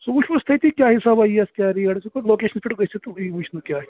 سُہ وچھہوس تٔتی کیٛاہ حساباہ یِیَس کیٛاہ ریٹ سُہ ہیٚکو لوکیشنَس پٮ۪ٹھ گٔژھتھ ہُو یہِ وُچھنہٕ کیٛاہ چھُ